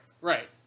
Right